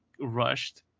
rushed